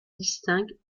distingue